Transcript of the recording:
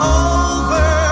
over